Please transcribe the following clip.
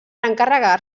encarregar